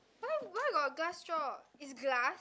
why why got glass straw is glass